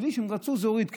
בלי שהם רצו, זה הוריד.